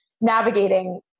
navigating